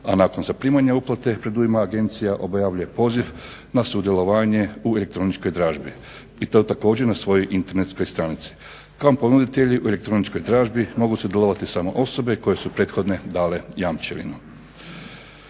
A nakon zaprimanja uplate predujma agencija objavljuje poziv na sudjelovanje u elektroničkoj dražbi. I to također na svojoj internetskoj stranici. Kao ponuditelji u elektroničkoj dražbi mogu sudjelovati samo osobe koje su prethodno dale jamčevinu.